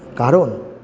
কারণ